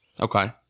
Okay